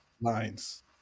lines